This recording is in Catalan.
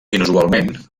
inusualment